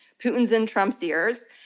putin's in trump's ears,